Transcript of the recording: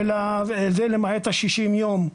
למעט ה-60 יום,